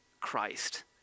Christ